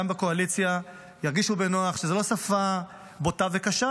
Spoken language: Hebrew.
בקואליציה ירגישו בנוח שזו לא שפה בוטה וקשה,